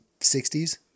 60s